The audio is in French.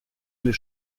les